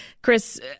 Chris